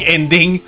Ending